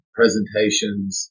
presentations